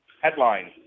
Headline